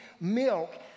milk